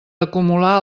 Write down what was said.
acumular